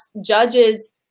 judges